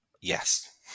yes